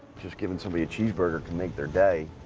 just giving somebody a cheeseburger can make their day,